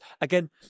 again